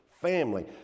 family